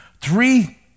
three